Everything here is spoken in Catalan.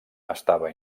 estava